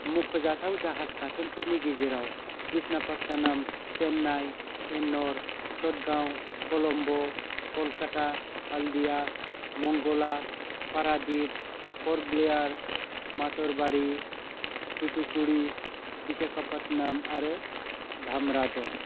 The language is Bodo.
मखजाथाव जाहाज गाथोनफोरनि गेजेराव कृष्णापट्टनम चेन्नाइ एन्नर चटगांव कलम्ब' कलकाता हल्दीया मंगला पारादीप पर्ट ब्लेयार मातरबारी थूथुकुडी विशाखापत्तनम आरो धामरा दं